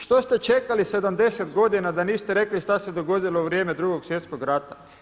Što ste čekali 70 godina da niste rekli šta se dogodilo u vrijeme 2. Svjetskog rata?